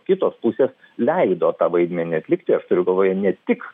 kitos pusės leido tą vaidmenį atlikti aš turiu galvoje ne tik